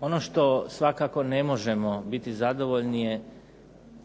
Ono što svakako ne možemo biti zadovoljni je